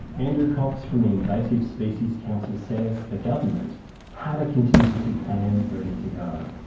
andrew cox from the invasive species council says the government had a contingency plan ready to go.